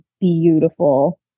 beautiful